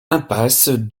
impasse